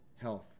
health